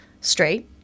straight